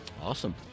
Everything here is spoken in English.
Awesome